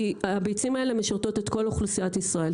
כי הביצים האלה משרתות את כל אוכלוסיית ישראל,